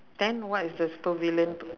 then what is the super villain